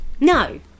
No